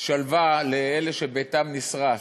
שלווה לאלה שביתם נשרף,